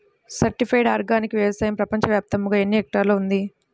Certified organic వ్యవసాయం ప్రపంచ వ్యాప్తముగా ఎన్నిహెక్టర్లలో ఉంది?